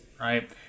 right